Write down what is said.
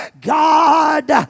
God